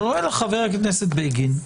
אומר חבר הכנסת בגין: